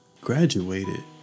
graduated